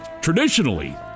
traditionally